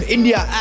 India